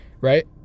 right